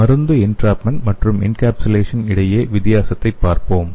மருந்து என்ட்ராப்மென்ட் மற்றும் எங்கேப்சுலேசன் இடையே வித்தியாசத்தைப் பார்ப்போம்